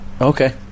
Okay